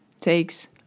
takes